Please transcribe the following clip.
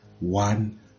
one